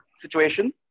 situation